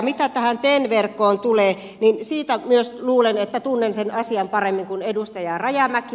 mitä tähän ten verkkoon tulee niin myös luulen että tunnen sen asian paremmin kuin edustaja rajamäki